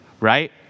right